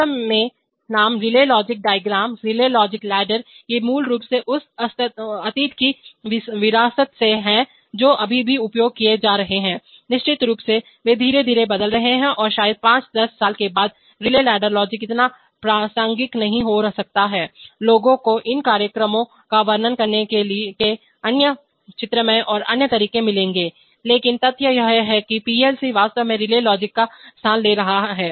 वास्तव में नाम relay logic diagram relay logic ladder ये मूल रूप से उस अतीत की विरासत हैं जो अभी भी उपयोग किए जा रहे हैं निश्चित रूप से वे धीरे धीरे बदल रहे हैं और शायद 5 10 साल के बाद रिले लैडर लॉजिक इतना प्रासंगिक नहीं हो सकता है लोगों को इन कार्यक्रमों का वर्णन करने के अन्य चित्रमय और अन्य तरीके मिलेंगे लेकिन तथ्य यह है कि पीएलसी वास्तव में रिले लॉजिक का स्थान ले रहे हैं